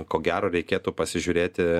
ko gero reikėtų pasižiūrėti